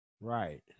Right